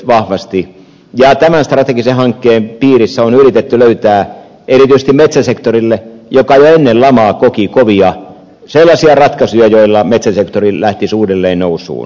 tämän strategisen hankkeen piirissä on yritetty löytää erityisesti metsäsektorille joka jo ennen lamaa koki kovia sellaisia ratkaisuja joilla metsäsektori lähtisi uudelleen nousuun